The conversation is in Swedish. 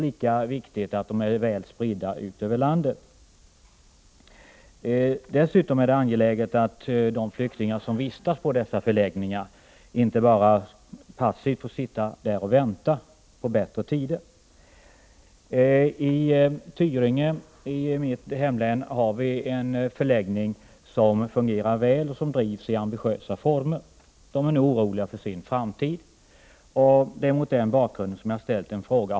Lika viktigt är det att de är väl spridda över landet. Dessutom är det angeläget att de flyktingar som vistas på dessa förläggningar inte bara får sitta där och passivt vänta på bättre tider. I Tyringe i mitt hemlän finns det en förläggning som fungerar väl och som bedrivs i ambitiösa former. På den förläggningen är man nu orolig för framtiden. Det är mot den bakgrunden som jag har ställt min fråga.